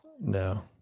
No